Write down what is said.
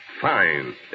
Fine